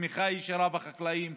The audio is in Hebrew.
לתמיכה ישירה בחקלאים,